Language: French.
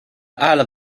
hall